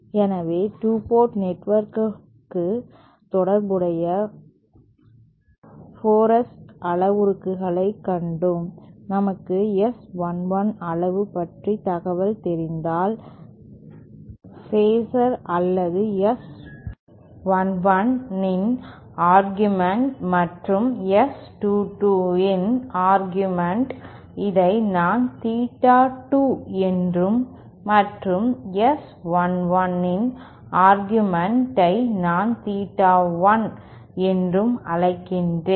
எனவே 2 போர்ட் நெட்வொர்க்குடன் தொடர்புடைய 4 S அளவுருக்களைக் கண்டோம் நமக்கு S 11 அளவு பற்றிய தகவல் தெரிந்தால் பேஸர் அல்லது S 11 இன் ஆர்கியூமேன்ட் மற்றும் S 22 இன் ஆர்கியூமேன்ட் இதை நான் தீட்டா 2 என்றும் மற்றும் S 11 இன் ஆர்கியூமேன்ட் ஐ நான் தீட்டா 1 என்றும் அழைக்கிறேன்